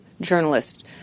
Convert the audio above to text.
journalist